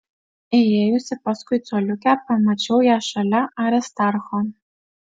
įėjusi paskui coliukę pamačiau ją šalia aristarcho